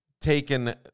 taken